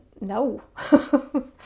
no